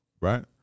right